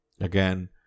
Again